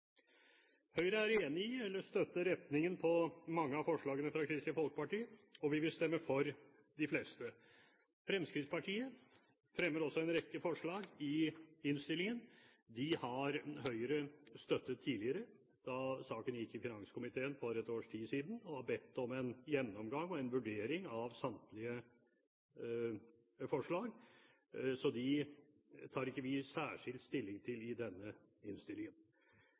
Høyre er enig i og støtter retningen på mange av forslagene fra Kristelig Folkeparti, og vi vil stemme for de fleste. Fremskrittspartiet fremmer også en rekke forslag i innstillingen. Dem har Høyre støttet tidligere, da saken ble behandlet i finanskomiteen for et års tid siden. Vi har bedt om en gjennomgang og vurdering av samtlige forslag, så dem tar ikke vi særskilt stilling til i denne